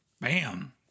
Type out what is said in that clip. Bam